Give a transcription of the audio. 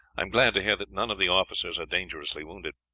i am glad to hear that none of the officers are dangerously wounded.